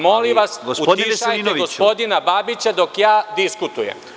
Molim vas, utišajte gospodina Babića dok ja diskutujem.